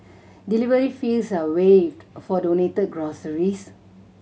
delivery fees are waived for donated groceries